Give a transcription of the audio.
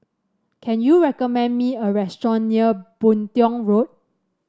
can you recommend me a restaurant near Boon Tiong Road